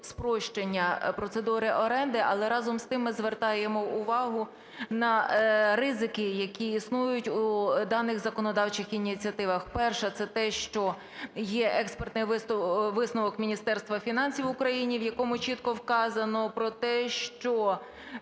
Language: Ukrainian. спрощення процедури оренди. Але разом з тим ми звертаємо увагу на ризики, які існують у даних законодавчих ініціативах. Перше – це те, що є експертний висновок Міністерства фінансів в Україні, в якому чітко вказано про те, що